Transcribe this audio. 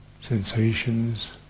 sensations